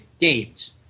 games